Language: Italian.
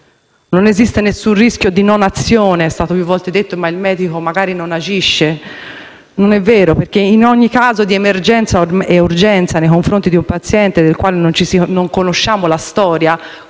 Non esiste nessun rischio di non azione. È stato più volte detto che il medico magari non agisce, ma non è vero, perché in ogni caso di emergenza o urgenza, nei confronti di un paziente del quale non conosciamo la storia,